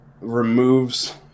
removes